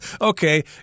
Okay